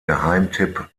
geheimtipp